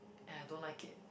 and I don't like it